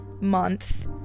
month